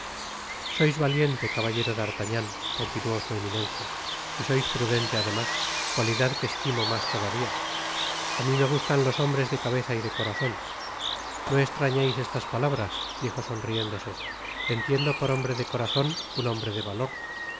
sois valiente caballero d'artagnan continuó su eminencia y sois prudente además cualidad que estimo mas todavia a mi me gustan los hombres de cabeza y de corazon no estrañeis estas palabras dijo sonriéndose entiendo por hombre de corazon un hombre de valor